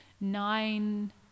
nine